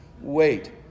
wait